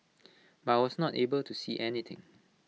but I was not able to see anything